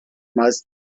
meist